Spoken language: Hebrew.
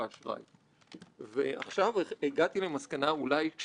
המנגנון של הכנסת ההתגייסות דרככם,